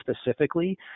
specifically